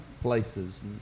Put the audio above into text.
places